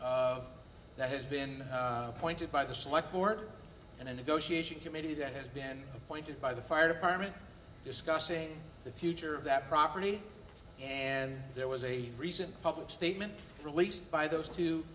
e that has been appointed by the select board and then to go she she committee that has been appointed by the fire department discussing the future of that property and there was a recent public statement released by those two